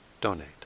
donate